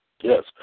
Yes